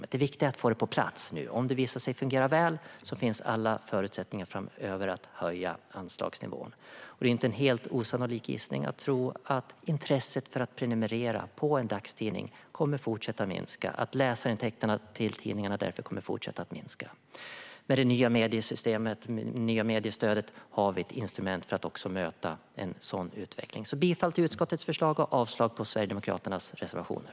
Det viktiga nu är dock att få det på plats; om det visar sig fungera väl finns alla förutsättningar att framöver höja anslagsnivån. Det är väl inte en helt osannolik gissning att intresset för att prenumerera på en dagstidning kommer att fortsätta minska och att läsarintäkterna till tidningarna därför kommer att fortsätta minska, men med det nya mediestödet har vi ett instrument för att möta en sådan utveckling. Jag yrkar bifall till utskottets förslag och avslag på Sverigedemokraternas reservationer.